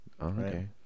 Okay